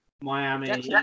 Miami